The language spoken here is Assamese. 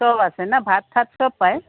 চব আছে ন ভাত চাত চব পায়